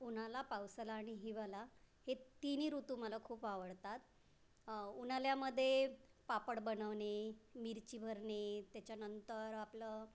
उन्हाळा पावसाळा आणि हिवाळा हे तिन्ही ऋतू मला खूप आवडतात उन्हाळ्यामध्ये पापड बनवणे मिरची भरणे त्याच्यानंतर आपलं